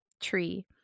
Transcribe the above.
tree